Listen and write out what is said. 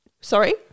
Sorry